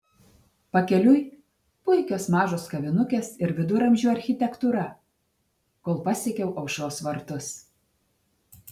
pakeliui puikios mažos kavinukės ir viduramžių architektūra kol pasiekiau aušros vartus